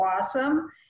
awesome